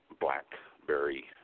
blackberry